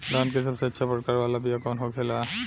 धान के सबसे अच्छा प्रकार वाला बीया कौन होखेला?